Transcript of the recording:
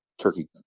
turkey